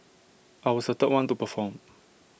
I was the third one to perform